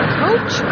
coach